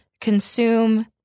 consume